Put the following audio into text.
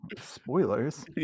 Spoilers